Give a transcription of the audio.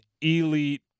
elite